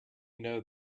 know